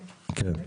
כן.